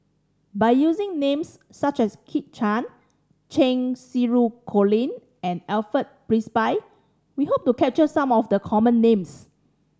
by using names such as Kit Chan Cheng Xinru Colin and Alfred Frisby we hope to capture some of the common names